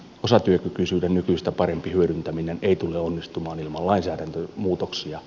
osatyökykyisyyden nykyistä parempi hyödyntäminen ei tule onnistumaan ilman lainsäädäntömuutoksia